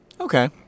Okay